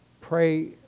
pray